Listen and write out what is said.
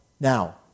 Now